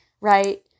right